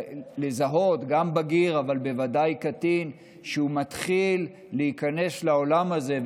לזהות גם בגיר אבל בוודאי קטין שמתחיל להיכנס לעולם הזה.